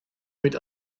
mit